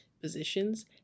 positions